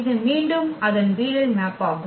இது மீண்டும் அதன் வீழல் மேப்பாகும்